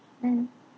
mm